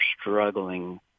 struggling